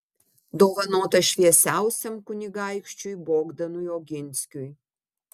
dovanota šviesiausiam kunigaikščiui bogdanui oginskiui